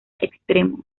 extremo